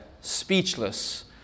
speechless